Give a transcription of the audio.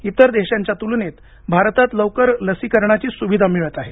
इतर देशांच्या तूलनेत भारतात लवकर लसीकरणाची सुविधा मिळत आहे